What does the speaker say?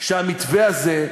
שהמתווה הזה,